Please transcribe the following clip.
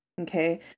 Okay